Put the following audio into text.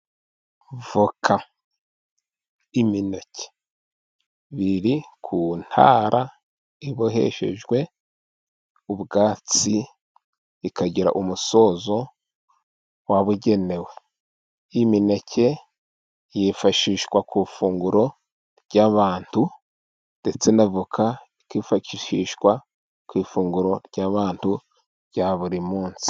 Voka, imineke biri ku ntara iboheshejwe ubwatsi, ikagira umusozo wabugenewe, imineke yifashishwa ku ifunguro ry'abantu, ndetse n' voka ikifashishishwa ku ifunguro ry'abantu rya buri munsi.